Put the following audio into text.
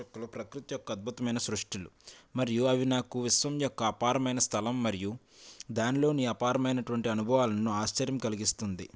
చుక్కలు ప్రకృతి యొక్క అద్భుతమైన సృష్టులు మరియు అవి నాకు విశ్వం యొక్క అపారమైన స్థలం మరియు దానిలోని అపారమైనటువంటి అనుభవాలను ఆశ్చర్యం కలిగిస్తుంది